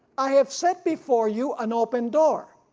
i have set before you an open door,